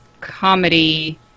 comedy